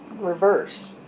reverse